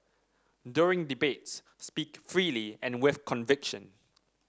during debates speak freely and with conviction